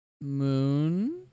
Moon